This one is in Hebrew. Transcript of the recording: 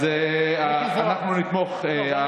אז אנחנו נתמוך.